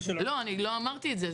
לא, אני לא אמרתי את זה.